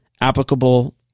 applicable